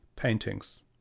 paintings